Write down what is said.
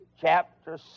chapter